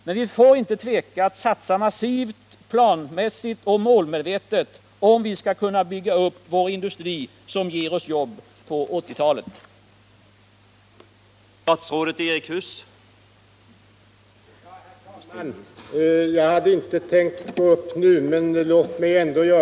Men vi får inte tveka att satsa massivt, planmässigt och målmedvetet om vi skall kunna bygga upp en industri som ger oss jobb på 1980-talet.